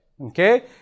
Okay